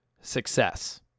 success